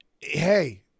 Hey